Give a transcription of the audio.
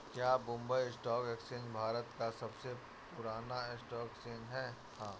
क्या Mumbai stock exchange Bharat का सबसे पुराना स्टॉक एक्सचेंज है?